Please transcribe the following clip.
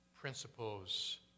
Principles